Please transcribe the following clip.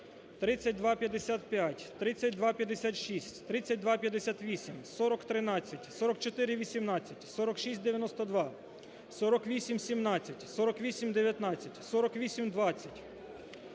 3255, 3256, 3258, 4013, 4418, 4692, 4817, 4819, 4820,